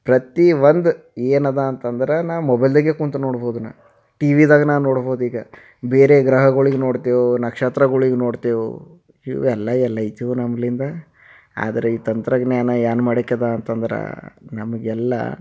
ಪ್ರತಿ ಒಂದು ಏನದ ಅಂತಂದ್ರೆ ನಾ ಮೊಬೈಲ್ದಾಗೆ ಕುಂತು ನೋಡ್ಬೋದು ನಾ ಟಿ ವಿದಾಗೆ ನಾ ನೋಡ್ಬೋದೀಗ ಬೇರೆ ಗ್ರಹಗಳಿಗ್ ನೋಡ್ತೇವೆ ನಕ್ಷತ್ರಗಳಿಗ್ ನೋಡ್ತೇವೆ ಇವು ಎಲ್ಲ ಎಲ್ಲ ಎಲ್ಲೈತಿವು ನಮ್ಮಲ್ಲಿಂದ ಆದ್ರೆ ಈ ತಂತ್ರಜ್ಞಾನ ಏನ್ ಮಾಡಿಕ್ಯದ ಅಂತಂದ್ರೆ ನಮಗೆಲ್ಲ